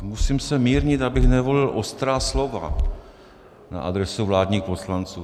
Musím se mírnit, abych nevolil ostrá slova na adresu vládních poslanců.